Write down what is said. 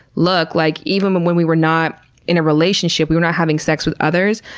look, like even when when we were not in a relationship, we were not having sex with others.